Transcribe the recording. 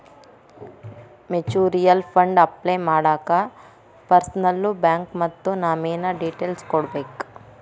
mutual fund apply ಮಾಡಾಕ ಪರ್ಸನಲ್ಲೂ bank ಮತ್ತ ನಾಮಿನೇ ಡೇಟೇಲ್ಸ್ ಕೋಡ್ಬೇಕ್